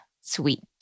sweet